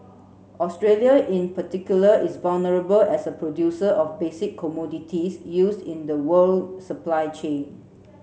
Australia in particular is vulnerable as a producer of basic commodities used in the world supply chain